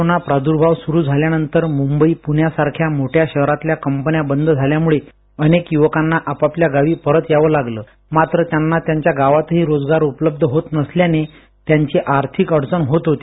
corona प्रादुर्भाव सुरू झाल्यानंतर मुंबई पुण्यासारख्या मोठ्या शहरांतल्या कंपन्या बंद झाल्यामुळे अनेक युवकांना आपापल्या गावी परत यावं लागलं मात्र त्यांना त्यांच्या गावातही रोजगार उपलब्ध होत नसल्याने त्यांची आर्थिक अडचण होत होती